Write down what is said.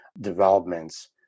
developments